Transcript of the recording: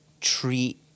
treat